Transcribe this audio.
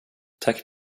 tack